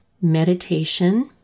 Meditation